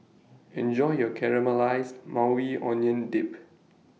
Enjoy your Caramelized Maui Onion Dip